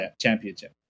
championship